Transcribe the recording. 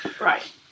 right